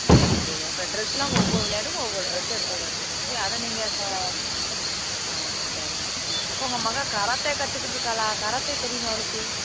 ஆ சரி அப்போ டிரெஸ்ஸுலாம் ஒவ்வொரு விளையாட்டுக்கும் ஒவ்வொரு ட்ரெஸ்ஸு எடுத்து தர வேண்டிது இருக்கும் சரிங்களா அதை நீங்கள் இப்போ ஆ சரிம்மா அப்போ உங்கள் மகள் கராத்தே கற்றுக்கிட்டு இருக்காளா கராத்தே தெரியுமா அவளுக்கு